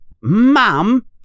Mom